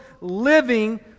living